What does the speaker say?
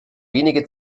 wenige